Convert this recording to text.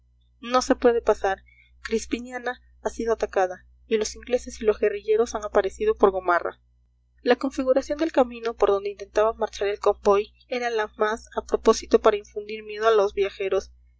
no se puede pasar crispiniana ha sido atacada y los ingleses y los guerrilleros han aparecido por gomarra la configuración del camino por donde intentaba marchar el convoy era la más a propósito para infundir miedo a los viajeros